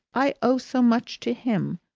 i owe so much to him.